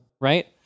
Right